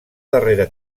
darrera